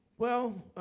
well,